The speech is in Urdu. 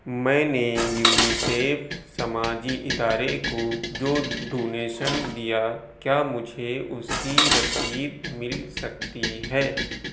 میں نے یونیسیف سماجی ادارے کو جو ڈونیشین دیا کیا مجھے اس کی رسید مل سکتی ہے